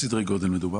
באלו סדרי גודל מדובר,